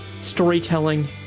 storytelling